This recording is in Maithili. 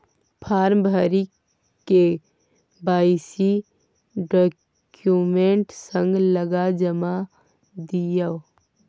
फार्म भरि के.वाइ.सी डाक्यूमेंट संग लगा जमा दियौ